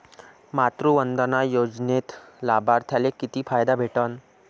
मातृवंदना योजनेत लाभार्थ्याले किती फायदा भेटन?